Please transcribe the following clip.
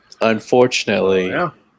Unfortunately